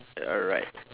alright